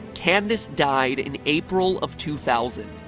candace died in april of two thousand.